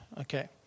okay